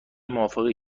موافقی